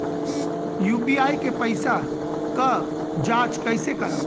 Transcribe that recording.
UPI के पैसा क जांच कइसे करब?